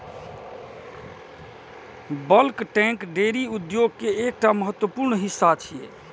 bulk tank dairy उद्योग के एकटा महत्वपूर्ण हिस्सा छियै